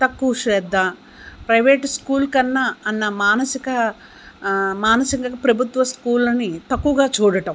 తక్కువ శ్రద్ధ private school కన్నా అన్న మానసిక మానసికంగా ప్రభుత్వ స్కూళ్ళని తక్కువగా చూడటం